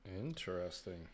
Interesting